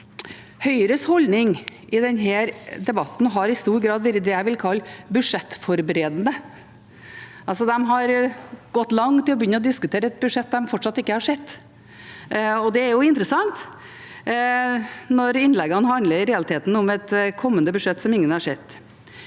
Høyres holdning i denne debatten har i stor grad vært det jeg vil kalle «budsjettforberedende». De har gått langt i å diskutere et budsjett de fortsatt ikke har sett. Det er interessant at innleggene i realiteten handler om et kommende budsjett som ingen har sett.